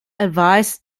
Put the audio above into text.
advice